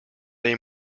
they